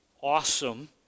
awesome